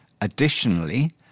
Additionally